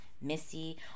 Missy